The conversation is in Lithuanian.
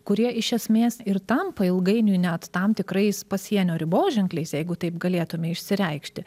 kurie iš esmės ir tampa ilgainiui net tam tikrais pasienio riboženkliais jeigu taip galėtume išsireikšti